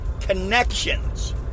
connections